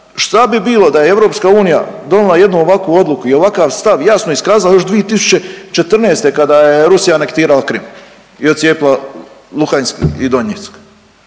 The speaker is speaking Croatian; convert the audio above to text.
Šta bi bilo da je EU donijela jednu ovakvu odluku i ovakav stav jasno iskazali još 2014. kada je Rusija anektirala Krim i odcijepila Lugansk i Donjeck?